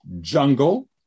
jungle